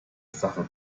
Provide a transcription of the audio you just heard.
sache